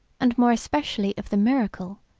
and more especially of the miracle,